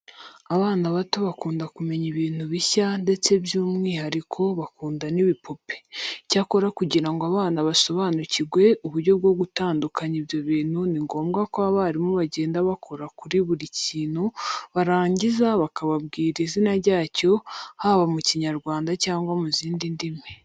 Abana bato bakunda kumenya ibintu bishya ndetse by'umwuhariko bakunda n'ibipupe. Icyakora kugira ngo abana basobanukirwe uburyo bwo gutandukanya ibyo bintu ni ngombwa ko abarimu bagenda bakora kuri buri kintu barangiza bakababwira izina ryacyo haba mu Kinyarwanda cyangwa mu zindi ndimi.